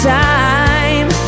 time